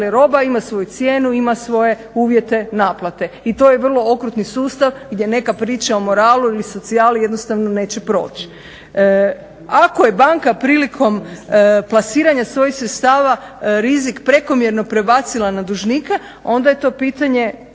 roba, ima svoju cijenu, ima svoje uvjete naplate i to je vrlo okrutni sustav gdje neka priča o moralu ili socijali jednostavno neće proći. Ako je banka prilikom plasiranja svojih sredstava rizik prekomjernog prebacila na dužnika, onda je to pitanje,